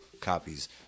copies